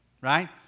right